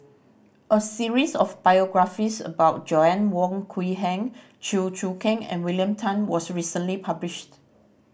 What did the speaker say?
a series of biographies about Wong Quee Heng Chew Choo Keng and William Tan was recently published